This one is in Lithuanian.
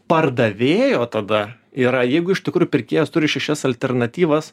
pardavėjo tada yra jeigu iš tikrųjų pirkėjas turi šešias alternatyvas